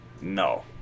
No